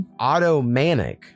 Automanic